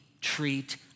treat